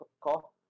call